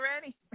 ready